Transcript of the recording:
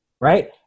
right